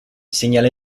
segnala